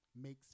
makes